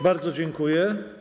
Bardzo dziękuję.